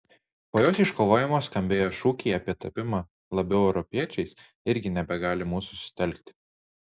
po jos iškovojimo skambėję šūkiai apie tapimą labiau europiečiais irgi nebegali mūsų sutelkti